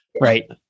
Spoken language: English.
Right